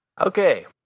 okay